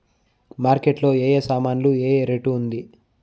Market లో ఏ ఏ సామాన్లు ఏ ఏ రేటు ఉంది?